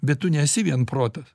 bet tu nesi vien protas